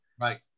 Right